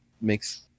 makes